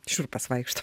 šiurpas vaikšto